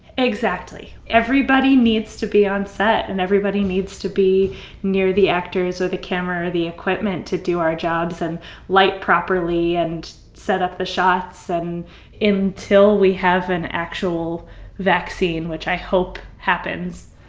exactly. everybody needs to be on set, and everybody needs to be near the actors or the camera or the equipment to do our jobs and light properly and set up the shots. and until we have an actual vaccine which i hope happens